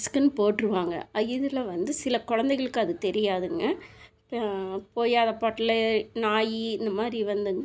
skin போட்டுருவாங்க இதில் வந்து சில குழந்தைகளுக்கு அது தெரியாதுங்க போய் அதை பாட்டுலே நாய் இந்த மாதிரி வந்துங்க